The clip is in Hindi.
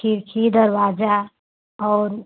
खिड़की दरवाजा और